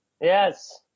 Yes